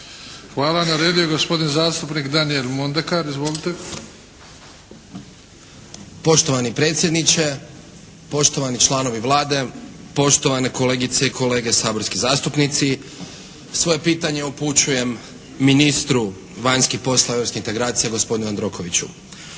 Hvala. Na redu je gospodin zastupnik Daniel Mondekar. Izvolite. **Mondekar, Daniel (SDP)** Poštovani predsjedniče, poštovani članovi Vlade, poštovane kolegice i kolege saborski zastupnici. Svoje pitanje upućujem ministru vanjskih poslova i europskih integracija, gospodinu Jandrokoviću.